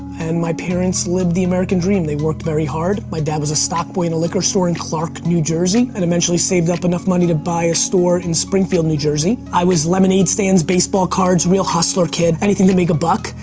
and my parents lived the american dream. they worked very hard. my dad was a stock boy in a liquor store in clark, new jersey, and eventually saved up enough money to buy a store in springfield, new jersey. i was lemonade stands, baseball cards, real hustler kid, anything to make a buck.